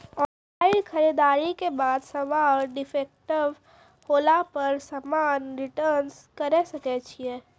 Online खरीददारी के बाद समान डिफेक्टिव होला पर समान रिटर्न्स करे सकय छियै?